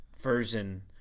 version